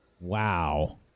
Wow